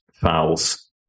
fouls